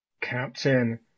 Captain